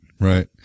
Right